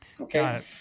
Okay